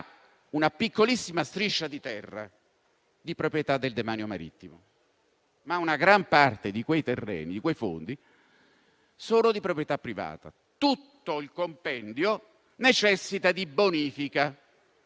una piccolissima striscia di terra di proprietà del demanio marittimo, ma una gran parte di quei fondi sono di proprietà privata. Tutto il compendio necessita di bonifica